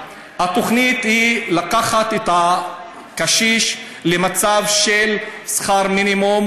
התוכנית היא לקחת את הקשיש למצב של שכר מינימום,